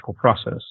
process